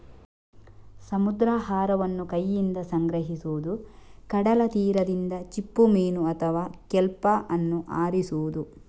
ಸಮುದ್ರಾಹಾರವನ್ನು ಕೈಯಿಂದ ಸಂಗ್ರಹಿಸುವುದು, ಕಡಲ ತೀರದಿಂದ ಚಿಪ್ಪುಮೀನು ಅಥವಾ ಕೆಲ್ಪ್ ಅನ್ನು ಆರಿಸುವುದು